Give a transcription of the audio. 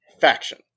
faction